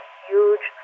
huge